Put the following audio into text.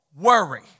worry